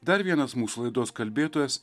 dar vienas mūsų laidos kalbėtojas